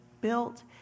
built